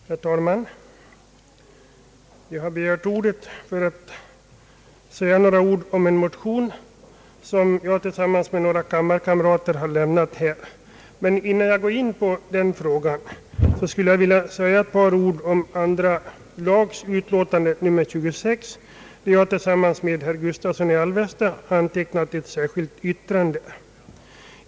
Herr talman! Jag har begärt ordet för att säga något om en motion som jag har lämnat tillsammans med några centerkamrater. Men innan jag går in på den frågan skulle jag vilja säga ett par ord om andra lagutskottets utlåtande nr 26, till vilket jag tillsammans med herr Gustavsson i Alvesta avgivit ett särskilt yttrande.